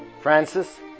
Francis